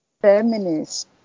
feminist